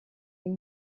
said